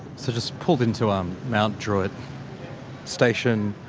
so just pulled into um mount druitt station,